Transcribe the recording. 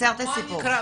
בכל מקרה,